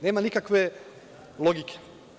Nema nikakve logike.